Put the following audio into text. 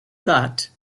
that